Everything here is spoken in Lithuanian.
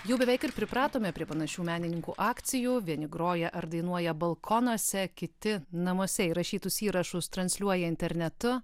jau beveik ir pripratome prie panašių menininkų akcijų vieni groja ar dainuoja balkonuose kiti namuose įrašytus įrašus transliuoja internetu